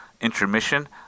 intermission